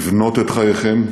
לבנות את חייכם